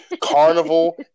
Carnival